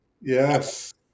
Yes